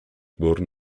born